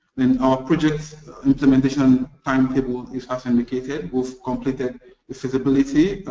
then our projects implementation timetable is as indicated. we've completed a feasibility,